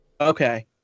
Okay